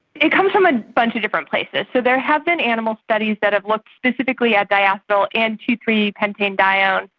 it comes from a bunch of different places, so there have been animal studies that have looked specifically at diacetyl and two zero three pentanedione.